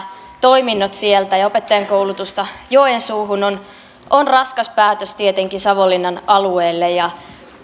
toiminnot ja opettajankoulutusta sieltä joensuuhun on raskas päätös tietenkin savonlinnan alueelle